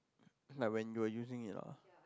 cause like when you were using it lah